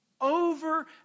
Over